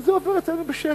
וזה עובר אצלנו בשקט.